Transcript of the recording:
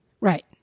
Right